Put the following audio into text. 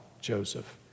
Joseph